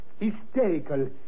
hysterical